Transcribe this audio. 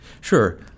Sure